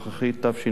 תשע"ב.